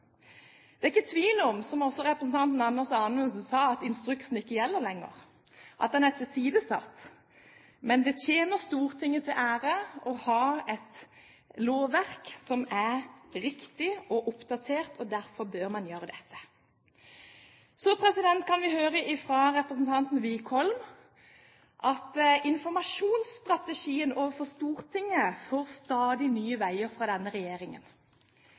Dette er ikke tvil om – som også representanten Anders Anundsen sa – at instruksen ikke gjelder lenger, at den er tilsidesatt, men det tjener Stortinget til ære å ha et lovverk som er riktig og oppdatert, og derfor bør man gjøre dette. Så kan vi høre fra representanten Wickholm at informasjonsstrategien overfor Stortinget får stadig nye veier fra denne regjeringen.